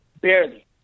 barely